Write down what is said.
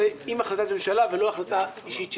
זו החלטת ממשלה ולא החלטה אישית שלי.